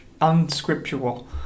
unscriptural